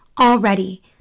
Already